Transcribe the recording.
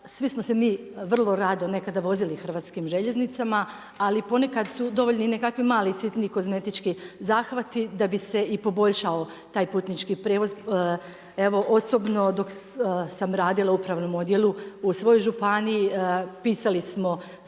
svi smo se mi vrlo rado nekada vozili hrvatskim željeznicama, ali ponekad su dovoljni i nekakvi mali sitni kozmetički zahvati da bi se i poboljšao taj putnički prijevoz. Evo osobno, dok sam radila u upravnom odjelu, u svojoj županiji, pisali smo svake